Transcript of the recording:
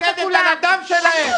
את רוקדת על הדם שלהן.